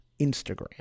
Instagram